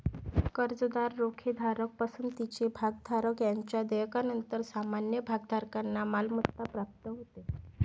कर्जदार, रोखेधारक, पसंतीचे भागधारक यांच्या देयकानंतर सामान्य भागधारकांना मालमत्ता प्राप्त होते